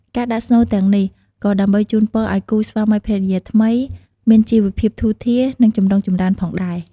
ការដាក់ស្នូលទាំងនេះ ក៏ដើម្បីជូនពរឲ្យគូស្វាមីភរិយាថ្មីមានជីវភាពធូរធារ និងចម្រុងចម្រើនផងដែរ។